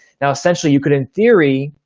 now essentially you could, in theory,